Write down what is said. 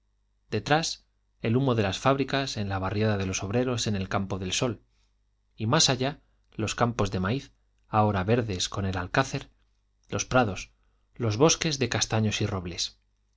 detrás el humo de las fábricas en la barriada de los obreros en el campo del sol y más allá los campos de maíz ahora verdes con el alcacer los prados los bosques de castaños y robles